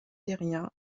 terriens